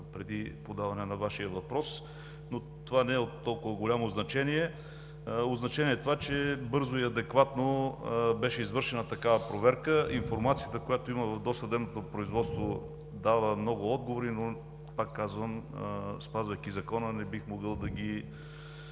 преди подаване на Вашия въпрос, но това не е от толкова голямо значение, а това, че бързо и адекватно беше извършена такава проверка. Информацията, която имаме в досъдебното производство, дава много отговори, но, пак казвам, спазвайки закона, не бих могъл да Ви